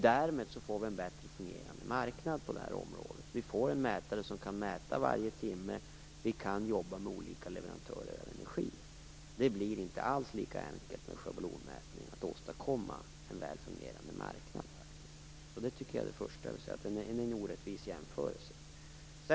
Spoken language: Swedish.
Därmed får vi en bättre fungerande marknad på det här området. Vi får en mätare som kan mäta varje timme. Vi kan jobba med olika leverantörer av energi. Det blir faktiskt inte alls lika enkelt att åstadkomma en väl fungerande marknad med en schablonmätning. Det första jag vill säga är alltså att detta är en orättvis jämförelse.